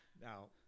now